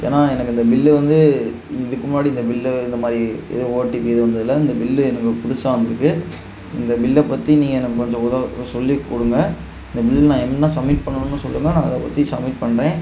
ஏன்னால் எனக்கு இந்த பில்லு வந்து இதுக்கு முன்னாடி இந்த பில்லு இந்த மாதிரி இது ஓடிபி வந்ததில்லை இந்த பில்லு எனக்கு புதுசாக வந்திருக்கு இந்த பில்லை பற்றி நீங்கள் எனக்கு கொஞ்சம் உதவ சொல்லிக் கொடுங்க இந்த பில் நான் என்ன சம்மிட் பண்ணணும்னு சொல்லுங்கள் நான் அதைப் பற்றி சம்மிட் பண்ணுறேன்